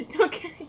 okay